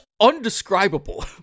undescribable